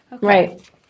Right